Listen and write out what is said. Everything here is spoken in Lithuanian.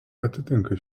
atitinka